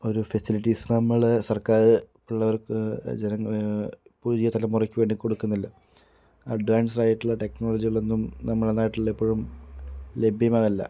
ഒരു ഫെസിലിറ്റീസ് നമ്മൾ സർക്കാർ പിള്ളേർക്ക് ജനങ്ങ പുതിയ തലമുറക്ക് വേണ്ടി കൊടുക്കുന്നില്ല അഡ്വാൻസായിട്ടുള്ള ടെക്നോളജികളൊന്നും നമ്മുടെ നാട്ടിലിപ്പോഴും ലഭ്യമല്ല